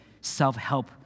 self-help